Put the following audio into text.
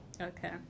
Okay